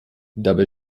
dabei